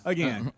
Again